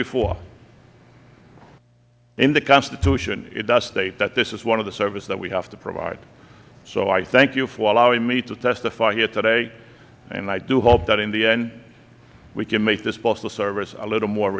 before in the constitution it does state that this is one of the services that we have to provide so i thank you for allowing me to testify here today and i do hope that in the end we can make this postal service a little more